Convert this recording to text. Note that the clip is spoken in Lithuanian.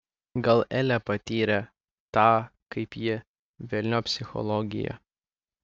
gal elė patyrė tą kaip jį velniop psichologiją